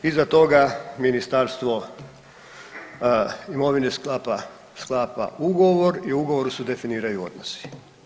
Iza toga ministarstvo imovine sklapa, sklapa ugovor i u ugovoru se definiraju odnosi.